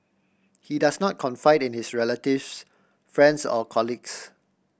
he does not confide in his relatives friends or colleagues